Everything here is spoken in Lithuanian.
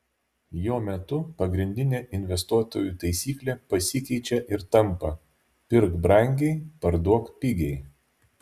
jo metu pagrindinė investuotojų taisyklė pasikeičia ir tampa pirk brangiai parduok pigiai